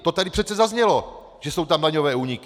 To tady přece zaznělo, že jsou tam daňové úniky.